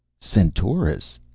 centaurus!